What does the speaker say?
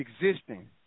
existing